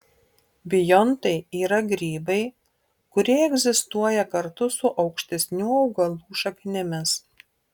biontai yra grybai kurie egzistuoja kartu su aukštesnių augalų šaknimis